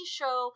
show